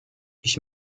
ich